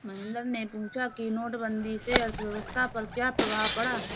महेंद्र ने पूछा कि नोटबंदी से अर्थव्यवस्था पर क्या प्रभाव पड़ा